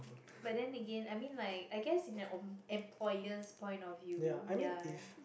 but then again I mean like I guess in an em~ employer's point of view ya